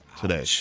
today